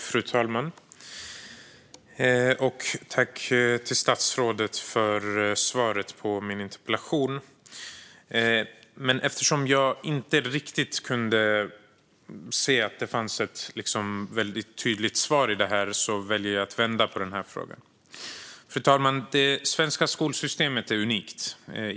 Fru talman! Tack, statsrådet, för svaret på min interpellation! Eftersom jag inte riktigt kunde se ett tydligt svar väljer jag att vända på frågan. Fru talman! Det svenska skolsystemet är unikt.